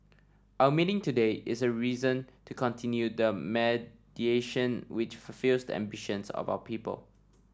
our meeting today is a reason to continue the mediation which fulfils the ambitions of our people